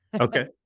Okay